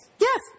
Yes